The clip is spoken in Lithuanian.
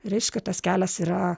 reiškia tas kelias yra